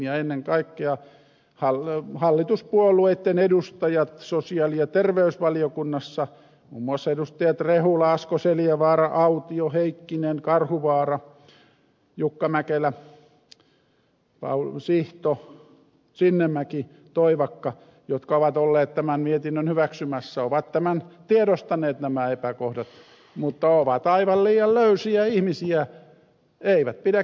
ja ennen kaikkea hallituspuolueitten edustajat sosiaali ja terveysvaliokunnassa muun muassa edustajat rehula asko seljavaara autio heikkinen karhuvaara jukka mäkelä sihto sinnemäki toivakka jotka ovat olleet tämän mietinnön hyväksymässä ovat tiedostaneet nämä epäkohdat mutta ovat aivan liian löysiä ihmisiä eivät pidä kiinni